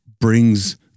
brings